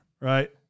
right